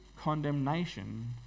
condemnation